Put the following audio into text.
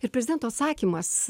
ir prezidento atsakymas